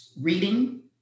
reading